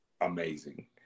amazing